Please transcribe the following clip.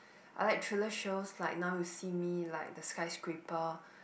I like thriller shows like Now You See Me like the Skyscraper